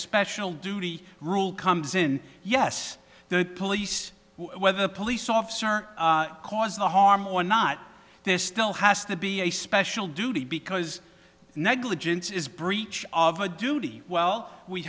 special duty rule comes in yes the police whether the police officer cause a harm or not this still has to be a special duty because negligence is breach of a duty well we